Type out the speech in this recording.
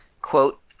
Quote